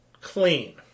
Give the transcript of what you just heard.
Clean